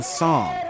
song